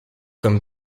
comme